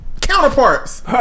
counterparts